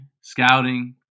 scouting